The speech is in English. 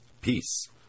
Peace